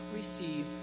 receive